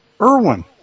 Irwin